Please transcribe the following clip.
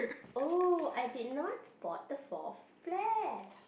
oh I did not spot the fourth splash